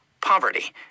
poverty